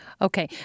Okay